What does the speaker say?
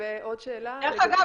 דרך אגב,